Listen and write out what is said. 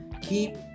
keep